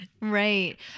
Right